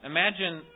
Imagine